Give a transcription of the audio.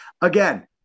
again